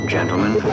Gentlemen